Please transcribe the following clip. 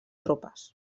tropes